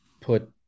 put